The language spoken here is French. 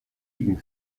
une